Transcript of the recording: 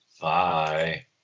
Bye